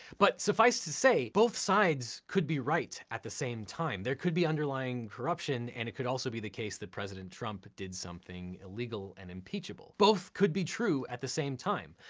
but suffice to say both sides could be right at the same time. there could be underlying corruption and it could also be the case that president trump did something illegal and impeachable. both could be true at the same time.